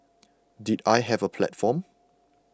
did I have a platform